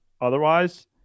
otherwise